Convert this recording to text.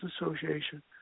Association